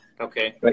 Okay